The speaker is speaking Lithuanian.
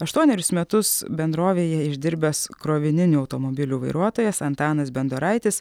aštuonerius metus bendrovėje išdirbęs krovininių automobilių vairuotojas antanas bendoraitis